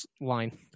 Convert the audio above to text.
line